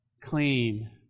clean